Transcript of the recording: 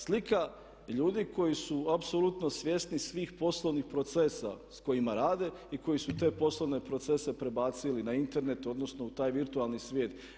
Slika ljudi koji su apsolutno svjesni svih poslovnih procesa s kojima rade i koji su te poslovne procese prebacili na Internet odnosno u taj virtualni svijet.